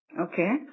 Okay